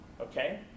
Okay